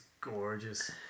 gorgeous